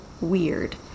weird